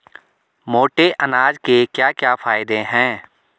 मोटे अनाज के क्या क्या फायदे हैं?